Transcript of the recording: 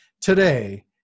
today